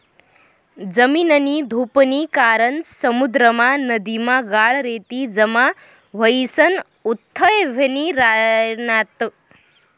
जमीननी धुपनी कारण समुद्रमा, नदीमा गाळ, रेती जमा व्हयीसन उथ्थय व्हयी रायन्यात